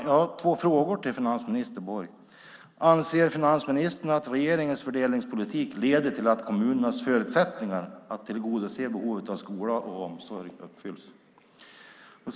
Jag har två frågor till finansminister Borg. Anser finansministern att regeringens fördelningspolitik leder till att kommunernas förutsättningar att tillgodose behovet av skola och omsorg uppfylls?